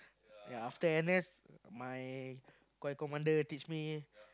ya after N_S my coy commander teach me